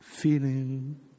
Feeling